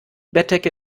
bettdecke